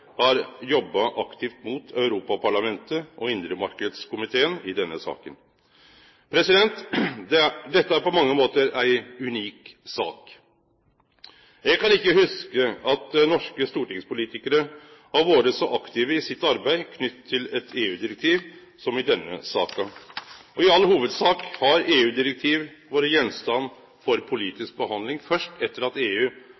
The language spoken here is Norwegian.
har jobba aktivt mot Europaparlamentet og indremarknadskomiteen i denne saka. Dette er på mange måtar ei unik sak. Eg kan ikkje hugse at norske stortingspolitikarar har vore så aktive i sitt arbeid knytt til eit EU-direktiv som i denne saka. I all hovudsak har EU-direktiv vore gjenstand for politisk behandling først etter at EU